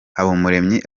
habumuremyi